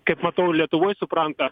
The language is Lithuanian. kaip matau lietuvoj supranta